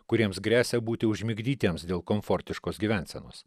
kuriems gresia būti užmigdytiems dėl komfortiškos gyvensenos